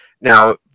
Now